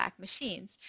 machines